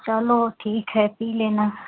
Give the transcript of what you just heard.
चलो ठीक है पी लेना